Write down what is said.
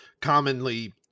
commonly